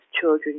children